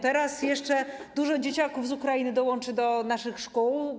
Teraz jeszcze dużo dzieciaków z Ukrainy dołączy do naszych szkół.